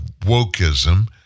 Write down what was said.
wokeism